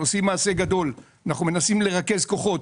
אנחנו עושים מעשה גדול, אנחנו מנסים לרכז כוחות,